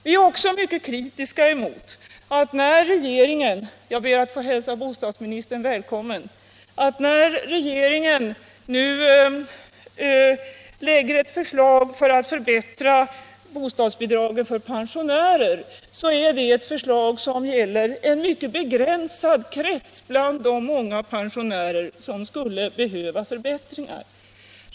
För det andra är vi mycket kritiska mot att — jag ber att få hälsa biträdande bostadsministern välkommen in i kammaren — när regeringen nu lägger fram ett förslag till förbättringar av bostadsbidragen för pensionärer, så är det ett förslag som gäller en mycket begränsad krets bland de många pensionärer som skulle behöva förbättringar.